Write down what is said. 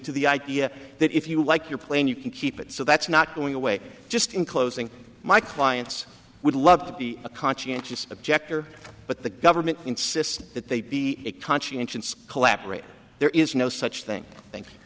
to the idea that if you like your plan you can keep it so that's not going away just in closing my clients would love to be a conscientious objector but the government insists that they be a conscientious collaborator there is no such thing thank